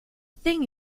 thing